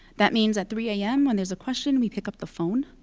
that means at three am, when there's a question, we pick up the phone.